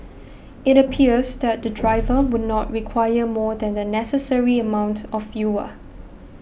it appears that the driver would not require more than the necessary amount of fuel